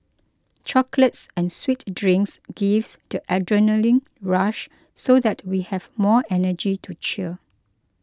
chocolates and sweet drinks gives the adrenaline rush so that we have more energy to cheer